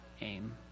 aim